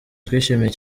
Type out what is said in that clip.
twishimiye